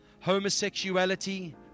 homosexuality